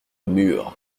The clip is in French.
murs